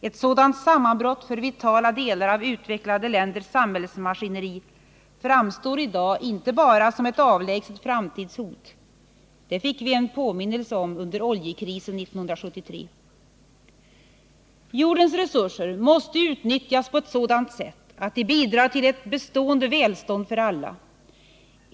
Ett sådant sammanbrott för vitala delar av utvecklade länders samhällsmaskineri framstår i dag inte bara som ett avlägset framtidshot — det fick vi en påminnelse om under oljekrisen 1973. Jordens resurser måste utnyttjas på ett sådant sätt att de bidrar till ett bestående välstånd för alla.